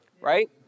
Right